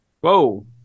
Whoa